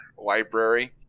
library